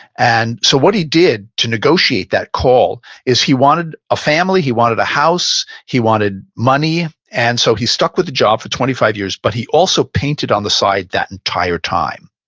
and so what he did to negotiate that call is he wanted a family, he wanted a house, he wanted money, and so he stuck with a job for twenty five years, but he also painted on the side that entire time.